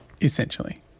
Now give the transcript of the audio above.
Essentially